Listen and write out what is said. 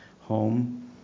home